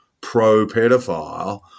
pro-pedophile